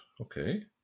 okay